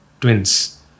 twins